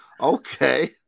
Okay